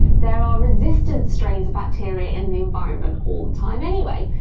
there are resistant strains of bacteria in the environment all the time anyway,